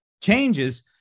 changes